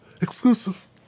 exclusive